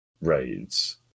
raids